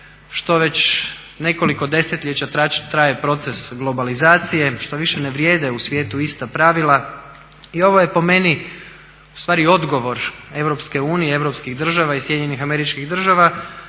što već nekoliko desetljeća traje proces globalizacije, što više ne vrijede u svijetu ista pravila i ovo je po meni ustvari odgovor EU, europskih država i SAD-a na jačanje drugih